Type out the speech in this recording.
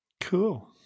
Cool